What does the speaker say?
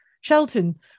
shelton